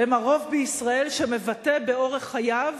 הם הרוב בישראל שמבטא באורח חייו